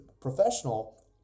professional